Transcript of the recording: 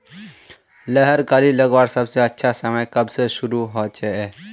लहर कली लगवार सबसे अच्छा समय कब से शुरू होचए?